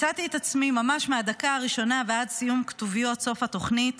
מצאתי את עצמי ממש מהדקה הראשונה ועד לכתוביות סוף התוכנית